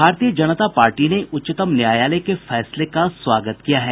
भारतीय जनता पार्टी ने उच्चतम न्यायालय के फैसले का स्वागत किया है